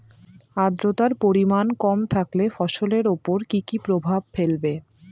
আদ্রর্তার পরিমান কম থাকলে ফসলের উপর কি কি প্রভাব ফেলবে?